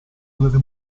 delle